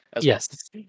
Yes